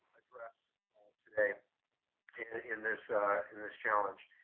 address today in this in this challenge.